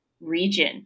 region